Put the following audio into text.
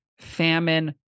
famine